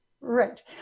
Right